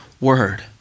word